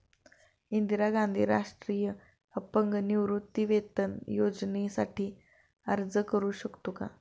इंदिरा गांधी राष्ट्रीय अपंग निवृत्तीवेतन योजनेसाठी अर्ज करू शकतो का?